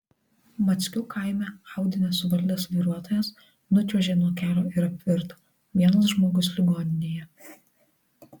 mackių kaime audi nesuvaldęs vairuotojas nučiuožė nuo kelio ir apvirto vienas žmogus ligoninėje